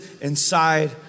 inside